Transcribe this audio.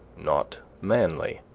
not manly.